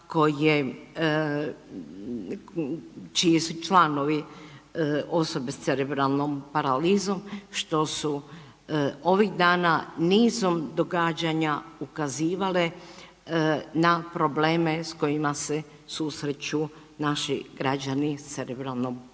čije su članovi osobe s cerebralnom paralizom, što su ovih dana nizom događanja ukazivale na probleme s kojima se susreću naši građani s cerebralnom paralizom.